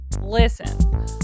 Listen